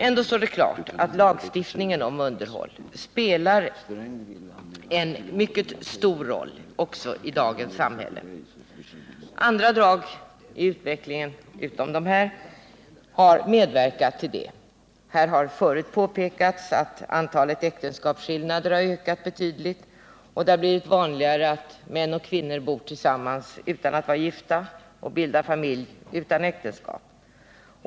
Ändå står det klart att lagstiftningen om underhåll spelar en mycket stor roll i dagens samhälle. Andra drag i utvecklingen än de nämnda har medverkat till detta. Här har förut påpekats att antalet äktenskapsskillnader har ökat betydligt, och det har blivit vanligare att män och kvinnor bor tillsammans och bildar familj utan att vara gifta.